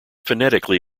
phonetically